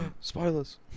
Spoilers